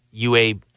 UAB